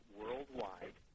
worldwide